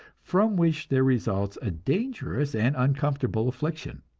from which there results a dangerous and uncomfortable affliction.